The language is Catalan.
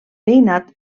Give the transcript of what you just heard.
veïnat